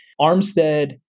Armstead